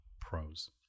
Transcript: pros